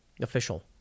official